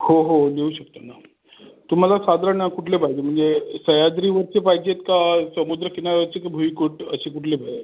हो हो देऊ शकतो ना तुम्हाला साधारण कुठले पाहिजे म्हणजे सह्याद्रीवरचे पाहिजेत का समुद्रकिनाऱ्यावरचे की भुईकोट असे कुठले पाहिजेत